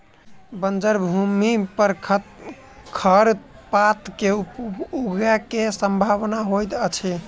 बंजर भूमि पर खरपात के ऊगय के सम्भावना होइतअछि